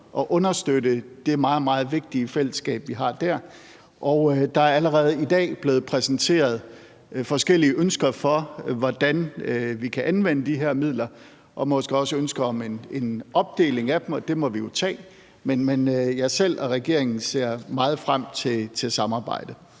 at understøtte det meget, meget vigtige fællesskab, vi har der, og der er allerede i dag blevet præsenteret forskellige ønsker om, hvordan vi kan anvende de her midler, og måske også et ønske om en opdeling af dem, og det må vi jo tage. Men jeg selv og regeringen ser meget frem til et samarbejde.